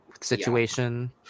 situation